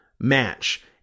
match